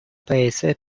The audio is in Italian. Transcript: paese